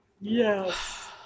Yes